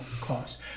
cost